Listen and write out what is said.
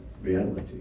reality